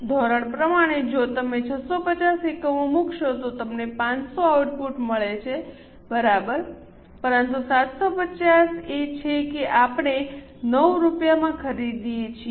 ધોરણ પ્રમાણે જો તમે 650 એકમો મૂકશો તો તમને 500 આઉટપુટ મળે છે બરાબર પરંતુ 750 એ છે જે આપણે 9 રૂપિયામાં ખરીદીએ છીએ